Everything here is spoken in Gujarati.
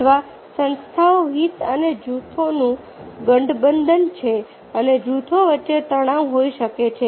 અથવા સંસ્થાઓ હિત અને જૂથોનું ગઠબંધન છે અને જૂથો વચ્ચે તણાવ હોઈ શકે છે